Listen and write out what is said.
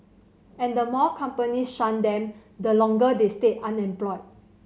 and the more companies shun them the longer they stay unemployed